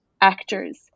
actors